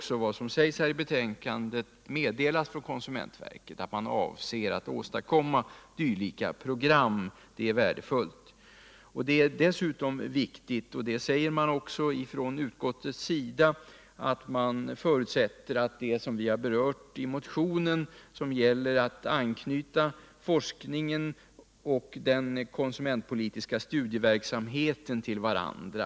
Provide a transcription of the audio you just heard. Som framgår av betänkandet har konsumentverket också meddelat att det avser att åstadkomma dylika program. Det är värdefullt. Utskottet säger också att man förutsätter att forskningen och den konsumentpolitiska studieverksamheten anknyts till varandra.